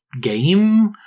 game